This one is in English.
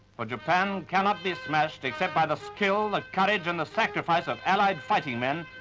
for japan cannot be smashed except by the skill, the courage, and the sacrifice of allied fighting men,